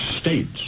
states